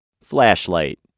Flashlight